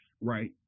right